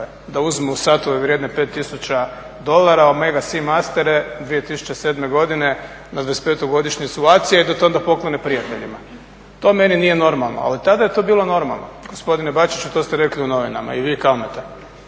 da uzmu satove vrijedne 5 tisuća dolara Omega Seamaster 2007. godine na 25 godišnjicu ACI-a i da to onda poklone prijateljima. To meni nije normalno ali tada je to bilo normalno. Gospodine Bačiću to ste rekli u novinama i vi i Kalmeta.